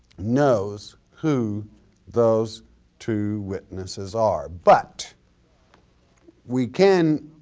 knows who those two witnesses are, but we can